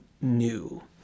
new